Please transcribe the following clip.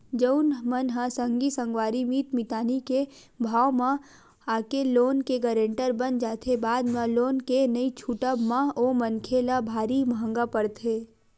जउन मन ह संगी संगवारी मीत मितानी के भाव म आके लोन के गारेंटर बन जाथे बाद म लोन के नइ छूटब म ओ मनखे ल भारी महंगा पड़थे